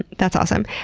that's awesome.